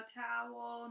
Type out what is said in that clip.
towel